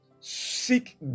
Seek